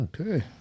Okay